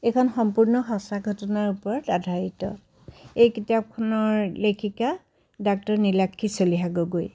এইখন সম্পূৰ্ণ সঁচা ঘটনা ওপৰত আধাৰিত এই কিতাপখনৰ লেখিকা ডাক্টৰ নিলাক্ষী চলিহা গগৈ